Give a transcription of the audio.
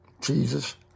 Jesus